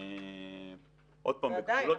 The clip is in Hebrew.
ועדיין,